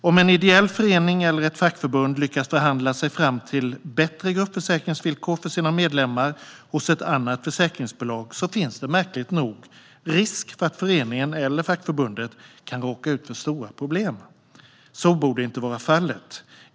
Om en ideell förening eller ett fackförbund lyckas förhandla sig fram till bättre gruppförsäkringsvillkor för sina medlemmar hos ett annat försäkringsbolag finns det märkligt nog risk för att föreningen eller fackförbundet kan råka ut för stora problem. Så borde inte vara fallet.